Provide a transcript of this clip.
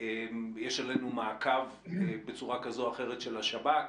יש עלינו מעכב בצורה כזו או אחרת של השב"כ.